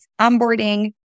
onboarding